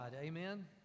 Amen